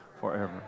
forever